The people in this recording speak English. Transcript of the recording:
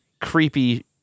creepy